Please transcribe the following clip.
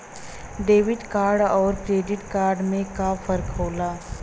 Debit card अउर credit card में का फर्क होला?